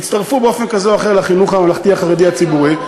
יצטרפו באופן כזה או אחר לחינוך הממלכתי החרדי הציבורי,